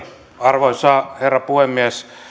arvoisa herra puhemies